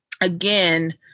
Again